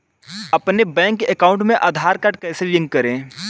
अपने bank account में Aadhaar card कैसे लिंक करें?